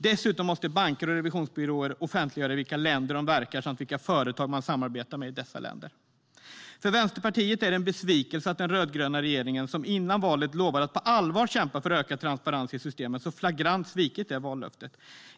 Dessutom måste banker och revisionsbyråer offentliggöra i vilka länder de verkar samt vilka företag de samarbetar med i dessa länder. För Vänsterpartiet är det en besvikelse att den rödgröna regeringen, som före valet lovade att på allvar kämpa för ökad transparens i systemet, så flagrant har svikit sitt vallöfte.